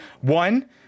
one